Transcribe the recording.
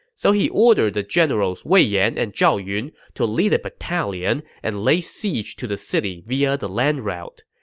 so he ordered the generals wei yan and zhao yun to lead a battalion and lay siege to the city via the land route.